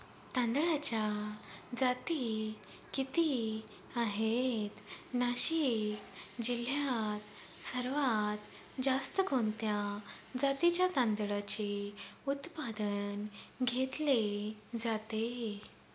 तांदळाच्या जाती किती आहेत, नाशिक जिल्ह्यात सर्वात जास्त कोणत्या जातीच्या तांदळाचे उत्पादन घेतले जाते?